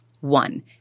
One